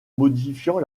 modifiant